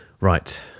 Right